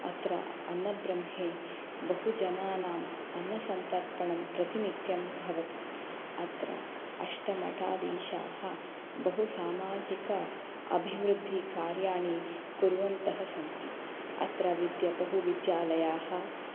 अत्र अन्नब्रह्मे बहु जनानाम् अन्नसन्तर्पणं प्रतिनित्यं भवति अत्र अष्टमठाधीशाः बहु समाजिक अभिवृद्धिकार्याणि कुर्वन्तः सन्ति अत्र वित्य बहु विद्यालयाः